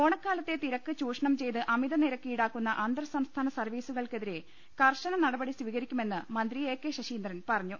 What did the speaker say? ഓണക്കാലത്തെ തിരക്ക് ചൂഷണം ചെയ്ത് അമിതനിരക്ക് ഈടാക്കുന്ന അന്തർസംസ്ഥാന സർവീസുകൾക്കെതിരെ കർശന നടപടി സ്വീകരിക്കുമെന്ന് മന്ത്രി എ കെ ശശീന്ദ്രൻ പറഞ്ഞു